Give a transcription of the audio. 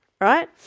Right